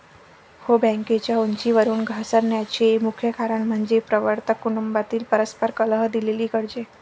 हो, बँकेच्या उंचीवरून घसरण्याचे मुख्य कारण म्हणजे प्रवर्तक कुटुंबातील परस्पर कलह, दिलेली कर्जे